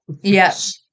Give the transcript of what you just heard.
Yes